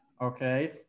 Okay